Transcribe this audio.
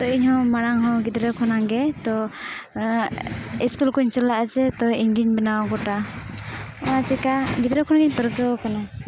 ᱛᱳ ᱤᱧᱦᱚᱸ ᱢᱟᱲᱟᱝᱦᱚᱸ ᱜᱤᱫᱽᱨᱟᱹ ᱠᱷᱚᱱᱟᱜᱼᱜᱮ ᱛᱚ ᱤᱥᱠᱩᱞ ᱠᱷᱚᱱᱤᱧ ᱪᱟᱞᱟᱜᱼᱟ ᱡᱮ ᱛᱚ ᱤᱧᱜᱮᱧ ᱵᱮᱱᱟᱣᱟ ᱜᱚᱴᱟ ᱪᱮᱠᱟ ᱜᱤᱫᱽᱨᱟᱹ ᱠᱷᱚᱱᱜᱮᱧ ᱯᱟᱨᱠᱟᱹᱣ ᱟᱠᱟᱱᱟ